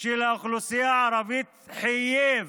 של האוכלוסייה הערבית חייב